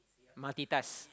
multitask